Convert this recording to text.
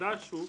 החדש היא: